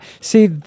See